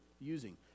using